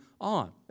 on